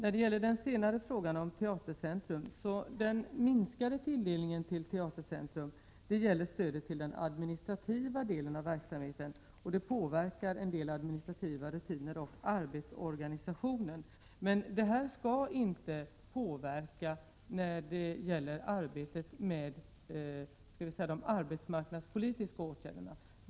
Herr talman! Den minskade tilldelningen av medel till Teatercentrum gäller stödet till den administrativa delen av verksamheten, och detta påverkar en del administrativa rutiner och arbetsorganisationen. Det minskade bidraget skall emellertid inte påverka de arbetsmarknadspolitiska åtgärderna.